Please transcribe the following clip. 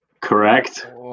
Correct